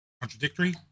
Contradictory